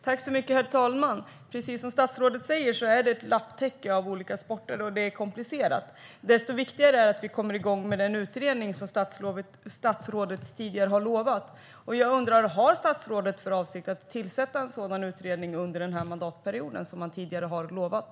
Herr talman! Precis som statsrådet säger är det ett lapptäcke av olika sporter, och det här är komplicerat. Desto viktigare är det att vi kommer igång med den utredning som statsrådet tidigare har lovat ska komma. Har statsrådet för avsikt att tillsätta en sådan utredning under den här mandatperioden, vilket han tidigare har lovat?